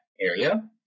area